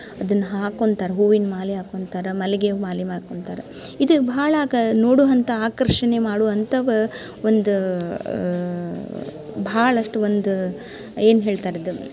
ಅದನ್ನು ಹಾಕೊಂತಾರೆ ಹೂವಿನ ಮಾಲೆ ಹಾಕೊಂತಾರೆ ಮಲ್ಲಿಗೆ ಮಾಲೆ ಮಾಡ್ಕೊಂತಾರೆ ಇದು ಭಾಳ ಕಾ ನೋಡುವಂಥ ಆಕರ್ಷಣೆ ಮಾಡುವಂಥವು ಒಂದು ಭಾಳಷ್ಟು ಒಂದು ಏನು ಹೇಳ್ತಾರೆ ಇದು